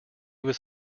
was